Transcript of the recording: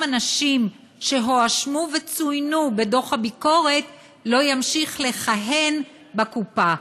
אנשים שהואשמו וצוינו בדוח הביקורת לא ימשיך לכהן בקופה.